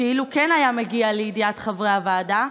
שאילו כן היה מגיע לידיעת חברי הוועדה,